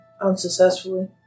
unsuccessfully